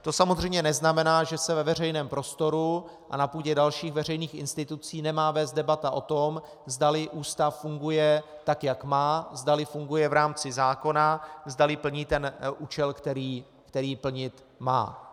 To samozřejmě neznamená, že se ve veřejném prostoru a na půdě dalších veřejných institucí nemá vést debata o tom, zdali ústav funguje tak, jak má, zdali funguje v rámci zákona, zdali plní účel, který plnit má.